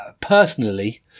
personally